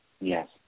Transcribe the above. Yes